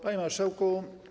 Panie Marszałku!